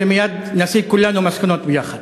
ומייד נסיק כולנו מסקנות יחד.